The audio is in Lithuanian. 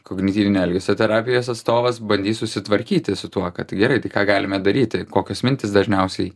kognityvinio elgesio terapijos atstovas bandys susitvarkyti su tuo kad gerai tai ką galime daryti kokios mintys dažniausiai